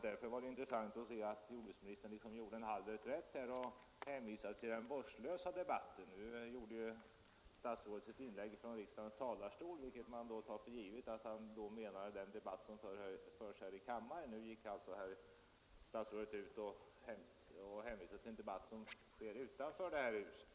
Därför var det av intresse att jordbruksministern så att säga gjorde en halv reträtt och hänvisade till ”den vårdslösa debatten”. Nu gjorde ju statsrådet sitt inlägg från riksdagens talarstol, och man tog för givet att han då menade den debatt som förs här i kammaren, men statsrådet hänvisar alltså till en debatt som ägt rum utanför det här huset.